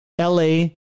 LA